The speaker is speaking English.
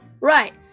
right